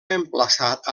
emplaçat